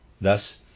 Thus